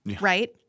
right